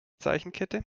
zeichenkette